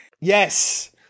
Yes